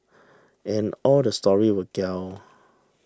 and all the story were gelled